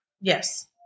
Yes